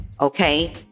okay